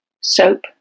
soap